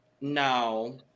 No